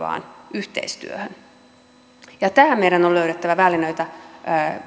tuesta aktivoivaan yhteistyöhön ja tähän meidän on löydettävä välineitä